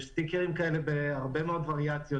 יש סטיקרים כאלה בהרבה מאוד וריאציות,